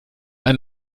ein